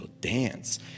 dance